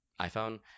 iPhone